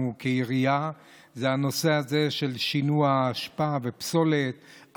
כעירייה זה הנושא הזה של שינוע אשפה ופסולת,